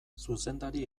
zuzendari